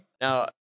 Now